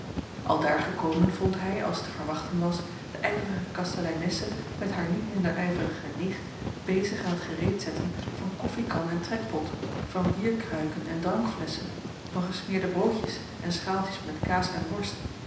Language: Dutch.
aldaar gekomen vond hij als te verwachten was de ijverige kasteleinesse met haar niet minder ijverige nicht bezig aan t gereedzetten van koffiekan en trekpot van bierkruiken en drankflesschen van gesmeerde broodjes en schaaltjes met kaas en worst